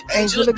Angel